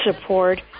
support